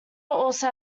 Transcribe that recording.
also